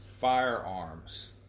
firearms